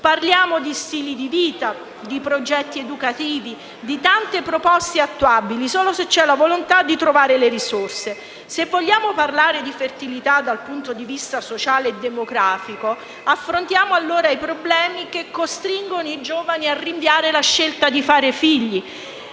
Parliamo di stili di vita, di progetti educativi, di tante proposte attuabili solo se c'è la volontà di trovare le risorse. Se vogliamo parlare di fertilità dal punto di vista sociale e demografico, affrontiamo allora i problemi che costringono i giovani a rinviare la scelta di fare figli.